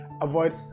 Avoid